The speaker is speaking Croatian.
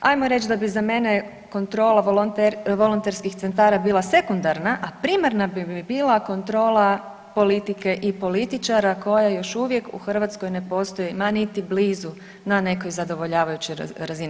Ajmo reć da bi za mene kontrola volonterskih centara bila sekundara, a primarna bi mi bila kontrola politike i političara koja još uvijek u Hrvatskoj ne postoji ma niti blizu na nekoj zadovoljavajućoj razini.